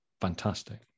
fantastic